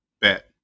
Bet